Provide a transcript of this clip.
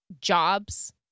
jobs